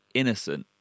innocent